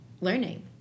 learning